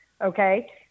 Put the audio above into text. okay